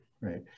right